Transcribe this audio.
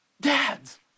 Dads